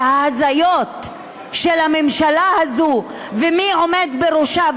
וההזיות של הממשלה הזאת ומי שעומד בראשה,